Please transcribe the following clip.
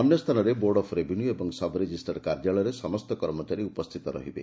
ଅନ୍ୟ ସ୍ଥାନରେ board of revenue ଓ ସବରେଜିଷ୍ଟ୍ରାର କାର୍ଯ୍ୟାଳୟରେ ସମ୍ଠ କର୍ମଚାରୀ ଉପସ୍ଥିତ ରହିବେ